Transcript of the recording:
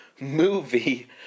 movie